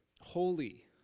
holy